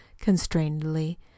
constrainedly